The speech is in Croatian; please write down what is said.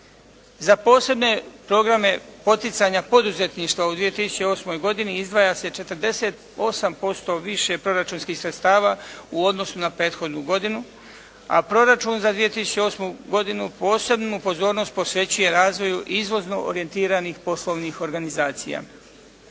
Za posebne programe poticanja poduzetništva u 2008. godini izdvaja se 48% više proračunskih sredstava u odnosu na prethodnu godinu, a proračun za 2008. godinu posebnu pozornost posvećuje razvoju izvozno orijentiranih poslovnih organizacija.